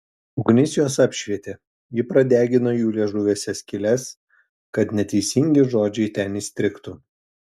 ugnis juos apšvietė ji pradegino jų liežuviuose skyles kad neteisingi žodžiai ten įstrigtų